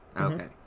Okay